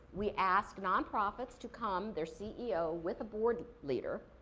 we ask non-profits to come, their ceo, with a board leader,